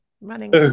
running